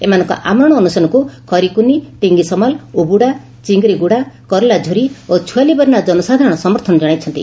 ଏମାନଙ୍କ ଆମରଣ ଅନଶନକୁ ଖେରକୁନି ଟିଙ୍ଗି ସମାଲ ଉବୁଡା ଚିଙ୍ଗିରିଗୁଡା କଲାଝୁରୀ ଓ ଛୁଆଲିବେର୍ଣ୍ଣା ଜନସାଧାରଣ ସମର୍ଥନ ଜଣାଇଛନ୍ତି